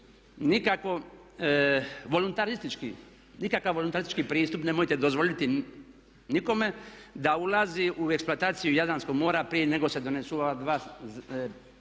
nikakav voluntaristički pristup nemojte dozvoliti nikome da ulazi u eksploataciju Jadranskog mora prije nego se donesu ova dva, po